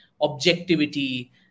objectivity